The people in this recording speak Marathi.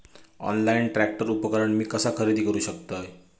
ऑनलाईन ट्रॅक्टर उपकरण मी कसा खरेदी करू शकतय?